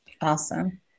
Awesome